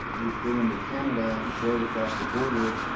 he flew into canada and drove across the border.